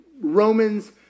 Romans